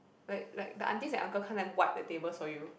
like like the aunties and uncle come and wipe the tables for you